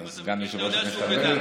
את סגן יושב-ראש המליאה,